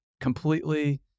completely